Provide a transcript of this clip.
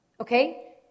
okay